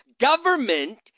government